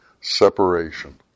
separation